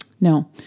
No